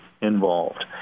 involved